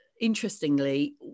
interestingly